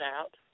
out